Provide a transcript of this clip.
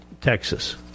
Texas